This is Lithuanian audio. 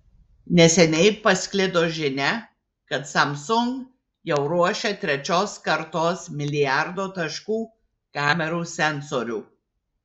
neseniai pasklido žinia kad samsung jau ruošia trečios kartos milijardo taškų kamerų sensorių